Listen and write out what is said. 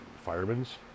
firemen's